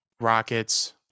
rockets